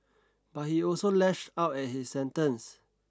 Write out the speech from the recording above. but he also lashed out at his sentence